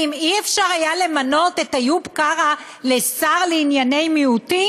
האם לא היה אפשר למנות את איוב קרא לשר לענייני מיעוטים,